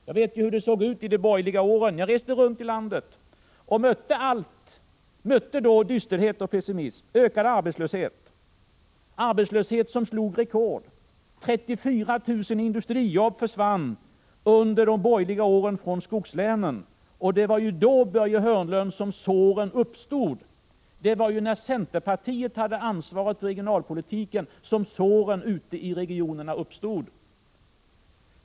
Jag vet hur det såg ut under de borgerliga åren. Jag reste runt i landet och mötte då dysterhet och pessimism och en ökad arbetslöshet, som slog rekord. 34 000 industrijobb försvann under de borgerliga åren från skogslänen. Det var då, Börje Hörnlund, när centerpartiet hade ansvaret för regionalpolitiken, som såren ute i regionerna uppstod.